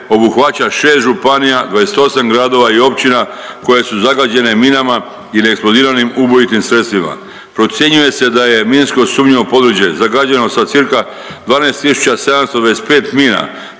obuhvaća 6 županija, 28 gradova i općina, koje su zagađene minama i neeksplodiranim ubojitim sredstvima. Procjenjuje se da je minsko sumnjivo područje zagađeno sa cca 12 725 mina